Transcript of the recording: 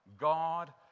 God